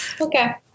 Okay